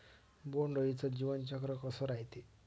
बोंड अळीचं जीवनचक्र कस रायते?